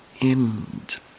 end